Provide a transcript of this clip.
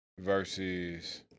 Versus